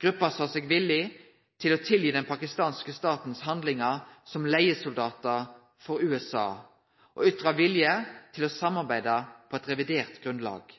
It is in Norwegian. Gruppa sa seg villig til å tilgi handlingane til den pakistanske staten som «leigesoldatar for USA» og ytra vilje til å samarbeide på eit revidert grunnlag.